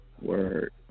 Word